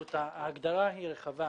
פשוט ההגדרה רחבה.